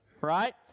right